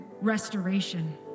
restoration